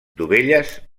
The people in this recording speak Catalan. dovelles